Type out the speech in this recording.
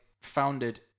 founded